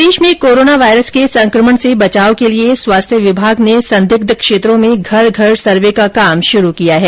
प्रदेश में corona virus के संकमण से बचाव के लिए स्वास्थ्य विभाग ने संदिग्ध क्षेत्रों में घर घर सर्वे का काम शुरू किया है